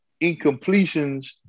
incompletions